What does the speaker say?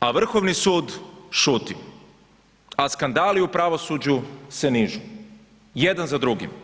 a Vrhovni sud šuti, a skandali u pravosuđu se nižu, jedan za drugim.